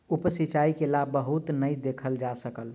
उप सिचाई के लाभ बहुत नै देखल जा सकल